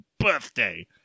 birthday